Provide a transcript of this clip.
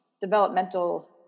developmental